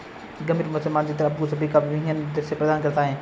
गंभीर मौसम मानचित्र आपको सभी का विहंगम दृश्य प्रदान करता है